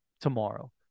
tomorrow